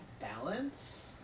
balance